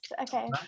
Okay